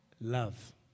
love